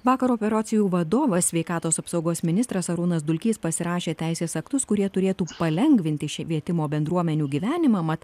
vakar operacijų vadovas sveikatos apsaugos ministras arūnas dulkys pasirašė teisės aktus kurie turėtų palengvinti švietimo bendruomenių gyvenimą mat